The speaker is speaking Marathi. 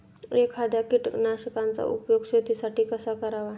एखाद्या कीटकनाशकांचा उपयोग शेतीसाठी कसा करावा?